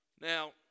Now